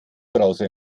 browser